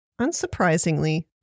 Unsurprisingly